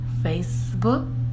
Facebook